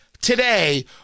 today